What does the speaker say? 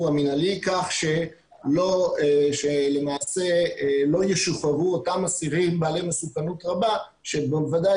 המנהלי כך שלמעשה לא ישוחררו אותם אסירים בעלי מסוכנות רבה שבוודאי